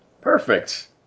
Perfect